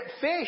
fish